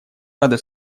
рады